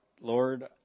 Lord